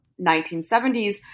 1970s